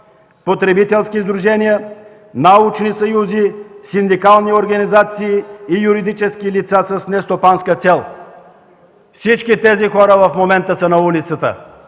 потребителски сдружения, научни съюзи, синдикални организации и юридически лица с нестопанска цел.” Всички тези хора в момента са на улицата,